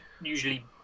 usually